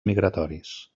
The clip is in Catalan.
migratoris